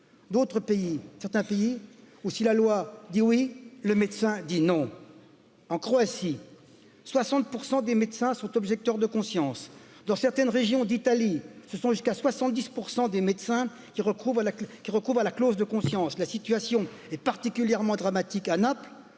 d'autres pays certains pays ou si la loi dit le médecin dit en croatie soixante des médecins sont objecteurs de conscience dans certaines régions d'italie ce sont jusqu'à soixante dix des médecins qui recouvrent à la clause de conscience la situation est particulièrement dramatique à naples